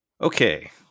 Okay